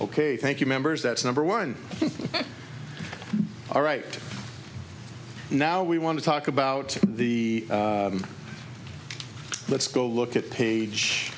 ok thank you members that's number one all right now we want to talk about the let's go look at page